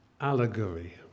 allegory